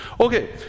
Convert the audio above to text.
Okay